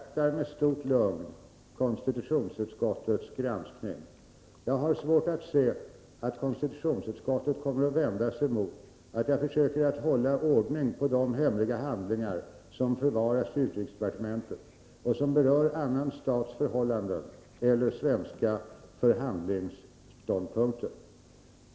Herr talman! Jag avvaktar med stort lugn konstitutionsutskottets granskning. Jag har svårt att se att konstitutionsutskottet kommer att vända sig mot att jag försöker hålla ordning på de hemliga handlingar som förvaras i utrikesdepartementet och som berör annan stats förhållanden eller svenska förhandlingsståndpunkter.